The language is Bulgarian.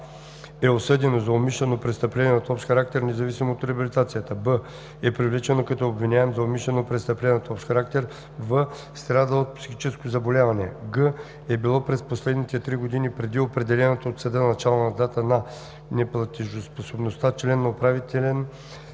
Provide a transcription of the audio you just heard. е осъдено за умишлено престъпление от общ характер, независимо от реабилитацията; б) е привлечено като обвиняем за умишлено престъпление от общ характер; в) страда от психическо заболяване; г) е било през последните три години преди определената от съда начална дата на неплатежоспособността член на управителен